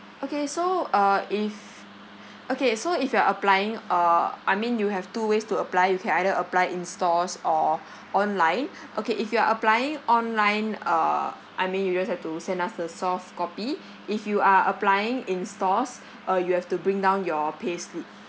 okay so uh if okay so if you're applying uh I mean you have two ways to apply you can either apply in stores or online okay if you're applying online uh I mean you just have to send us the soft copy if you are applying in stores uh you have to bring down your payslip